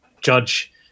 judge